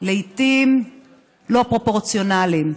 לעיתים לא פרופורציונליים,